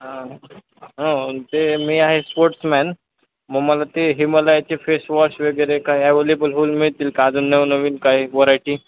हा ते मी आहे स्पोर्ट्समॅन मग मला ते हिमालयाचे फेस वॉश वगैरे काय ॲवेलेबल होईल मिळतील का अजून नवनवीन काई व्हरायटी